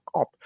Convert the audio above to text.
up